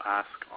ask